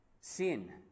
Sin